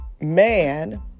man